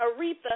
Aretha